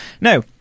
Now